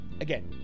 again